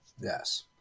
yes